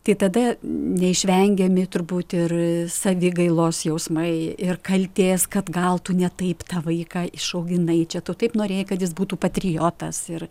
tai tada neišvengiami turbūt ir savigailos jausmai ir kaltės kad gal tu ne taip tą vaiką išauginai čia tu taip norėjai kad jis būtų patriotas ir